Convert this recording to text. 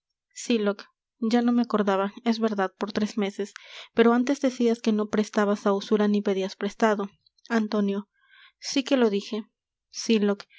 sylock ya no me acordaba es verdad por tres meses pero antes decias que no prestabas á usura ni pedias prestado antonio sí que lo dije sylock